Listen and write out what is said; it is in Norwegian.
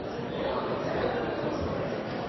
Jeg har